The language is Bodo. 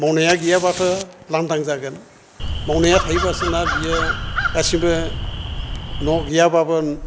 मावनाया गैयाबाथ' लांदां जागोन मावनाया थायोबासो ना बियो गासिबो न'आव गैयाबाबो